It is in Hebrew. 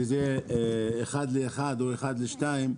שזה אחד לאחד או אחד לשתיים,